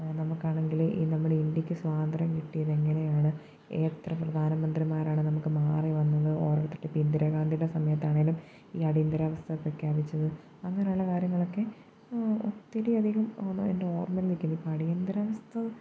നമുക്ക് ആണെങ്കിൽ ഈ നമ്മുടെ ഇന്ത്യയ്ക്ക് സ്വാതന്ത്ര്യം കിട്ടിയത് എങ്ങനെയാണ് എത്ര പ്രധാനമന്ത്രിമാരാണ് നമുക്ക് മാറി വന്നത് ഓരോരുത്തരുടെ ഇന്ദിരാഗാന്ധിയുടെ സമയത്താണെങ്കിലും ഈ അടിയന്തരാവസ്ഥ പ്രഖ്യാപിച്ചത് അങ്ങനെയുള്ള കാര്യങ്ങളൊക്കെ ഒത്തിരി അധികം എൻ്റെ ഓർമ്മയിൽ നിൽക്കുന്നു ഇപ്പം അടിയന്തരാവസ്ഥ